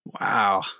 wow